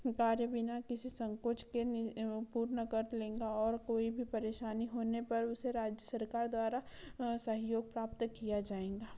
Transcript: बारे बिना किसी संकोच के पूर्ण कर लेंगा और कोई भी परेशानी होने पर उसे राज्य सरकार द्वारा सहयोग प्राप्त किया जाएगा